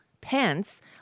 Pence